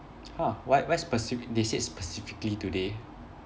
!huh! why why specif~ they said specifically today